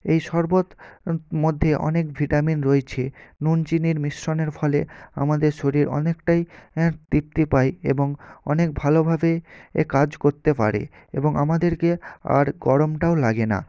এই শরবত মধ্যে অনেক ভিটামিন রয়েছে নুন চিনির মিশ্রণের ফলে আমাদের শরীর অনেকটাই তৃপ্তি পায় এবং অনেক ভালোভাবে কাজ করতে পারে এবং আমাদেরকে আর গরমটাও লাগে না